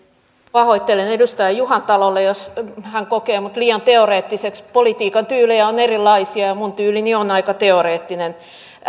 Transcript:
pahoittelen edustaja juhantalolle jos hän kokee minut liian teoreettiseksi politiikan tyylejä on erilaisia ja ja minun tyylini on aika teoreettinen